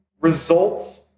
results